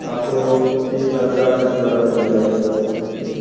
आपको तीन साल चार साल पुराना मिल जाएगा ठीक